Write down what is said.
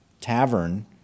Tavern